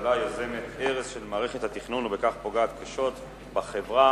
הממשלה יוזמת הרס של מערכת התכנון ובכך פוגעת קשות בחברה,